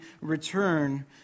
return